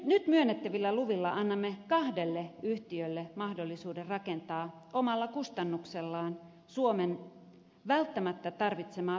nyt myönnettävillä luvilla annamme kahdelle yhtiölle mahdollisuuden rakentaa omalla kustannuksellaan suomen välttämättä tarvitsemaa perusenergiaa